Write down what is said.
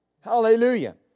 Hallelujah